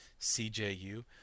CJU